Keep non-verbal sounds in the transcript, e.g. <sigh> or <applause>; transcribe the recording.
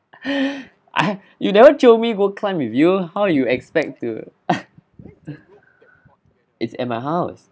<breath> I have you never jio me go climb with you how you expect to <laughs> it's at my house